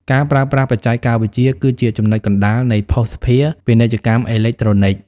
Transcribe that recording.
ការប្រើប្រាស់បច្ចេកវិទ្យាគឺជាចំណុចកណ្តាលនៃភស្តុភារ ពាណិជ្ជកម្មអេឡិចត្រូនិក ។